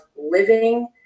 living